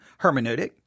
hermeneutic